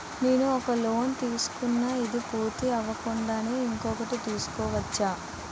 నేను ఒక లోన్ తీసుకున్న, ఇది పూర్తి అవ్వకుండానే ఇంకోటి తీసుకోవచ్చా?